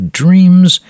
dreams